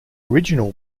original